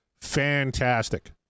fantastic